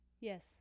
Yes